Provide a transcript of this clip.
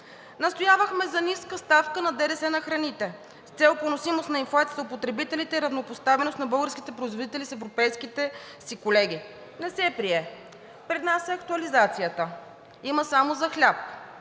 Настоявахме за ниска ставка на ДДС на храните с цел поносимост на инфлацията у потребителите и равнопоставеност на българските производители с европейските си колеги. Не се прие. Пред нас е актуализацията. Има само за хляб